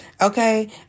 okay